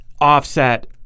offset